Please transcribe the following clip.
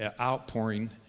outpouring